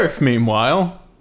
meanwhile